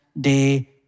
day